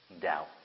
doubt